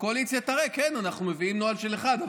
הקואליציה תראה: כן, אנחנו מביאים נוהל של אחד.